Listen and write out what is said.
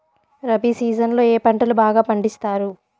rabi season లో ఏ పంటలు బాగా పండిస్తారు